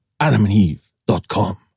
AdamandEve.com